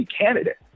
candidate